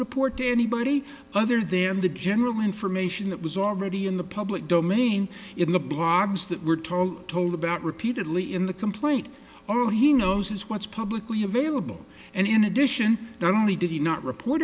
report to anybody other than the general information that was already in the public domain in the blob's that we're told told about repeatedly in the complaint all he knows is what's publicly available and in addition the only did he not report